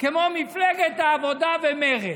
כמו מפלגת העבודה ומרצ,